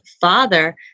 father